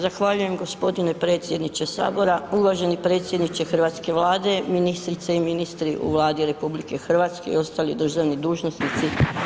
Zahvaljujem g. predsjedniče Sabora, uvaženi predsjedniče Hrvatske Vlade, ministrice i ministri u Vladi RH i ostali državni dužnosnici.